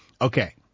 Okay